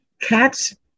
cats